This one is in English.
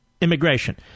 immigration